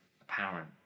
apparent